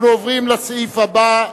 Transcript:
אנחנו עוברים לסעיף הבא,